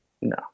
No